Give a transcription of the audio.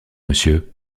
monsieur